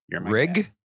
Rig